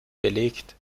belegt